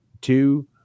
two